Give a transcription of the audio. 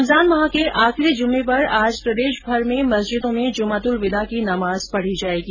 रमजान माह के आखिरी जुम्मे पर आज प्रदेशभर में मस्जिदों में जुमातुलविदा की नमाज पढी जायेगी